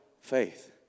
faith